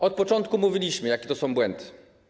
Od początku mówiliśmy, jakie to są błędy.